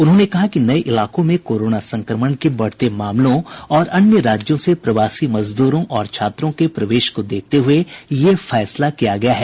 उन्होंने कहा कि नए इलाकों में कोरोना संक्रमण के बढ़ते मामलों और अन्य राज्यों से प्रवासी मजदूरों और छात्रों के प्रवेश को देखते हुए यह फैसला किया गया है